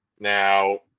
now